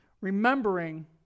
Remembering